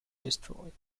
destroyed